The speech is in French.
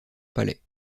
palais